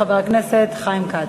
חבר הכנסת חיים כץ.